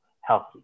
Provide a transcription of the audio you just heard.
healthy